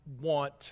want